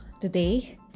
today